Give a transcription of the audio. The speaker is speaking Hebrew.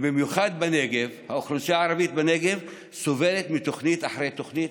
במיוחד בנגב: האוכלוסייה הערבית בנגב סובלת מתוכנית אחרי תוכנית,